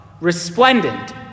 Resplendent